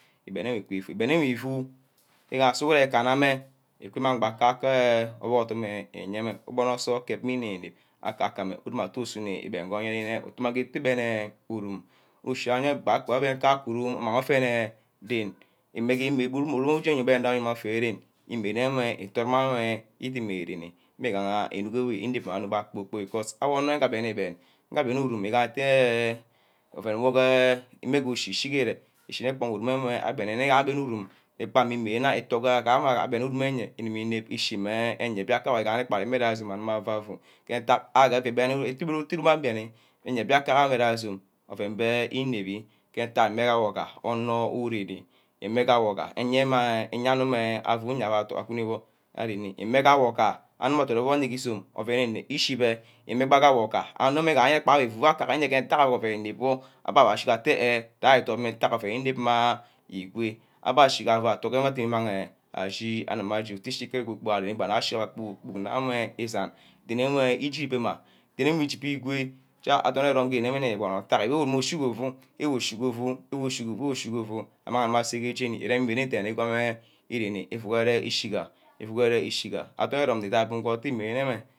Íbend îkî ufu-ibend ugu fu igahame sughurene íkana me uku-mang bah kake obuck odome ísame ubana- nso ukep meh îne-nep. utuma usume íbend ke or îshi enebana eyack íshiene bana amang aven ke-ka-ke ren. l ume-ke eyack itu uguru abe amang affene ké rén. ímene ímerene wer ídimima aéréné mmigaha unok wey ireneme kporkpork because awor wer aben íben awo nne ornurum oven wor îme ke ushi akiba îre îshíne kpa aben uru. îgba dne utu wo awo agam îme ishíˈmeh ibíaka awo amang afuˈafu. utu íba ah beni ayen íbíaka ayoˈke ízome beh înep-be mme întack mme awo bah onor urene imega owo bah enyen awo afu nne aguni wor. arrenema íme-ka awo ka onor wo adort wor ke îzome. íme-ke awor bah ani mi ke nte oven omor ishibe. awor kpa uwaka aye mme-ntack oven íbîb-wor. abeˈava atte enh jari îdot wor mme ntack oven inep mma igpo. abe achi abe dimima achi oner mma attuchi beh-kpor-kpork ísen nnewe îje îbema wanna ígígígo adorn erome erome. awo chígíva chígíva anu amang ase ke j́eni íuugare íshiga adorn erome edorn ke ímere woh